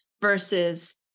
versus